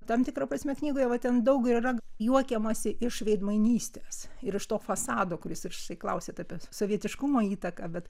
tam tikra prasme knygoje va ten daug ir yra juokiamasi iš veidmainystės ir iš to fasado kuris jūs štai klausiat apie sovietiškumo įtaką bet